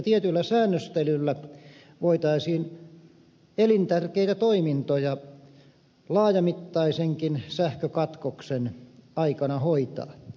tietyllä säännöstelyllä voitaisiin elintärkeitä toimintoja laajamittaisenkin sähkökatkoksen aikana hoitaa